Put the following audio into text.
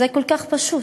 זה כל כך פשוט,